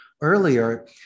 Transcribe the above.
earlier